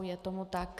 Je tomu tak.